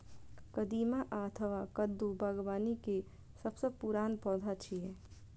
कदीमा अथवा कद्दू बागबानी के सबसं पुरान पौधा छियै